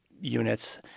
units